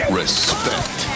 respect